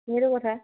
কথা